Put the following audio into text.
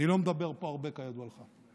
אני לא מדבר פה הרבה, כידוע לך.